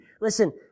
Listen